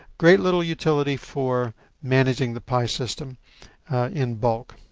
great little utility for managing the pi system in bulk.